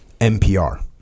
NPR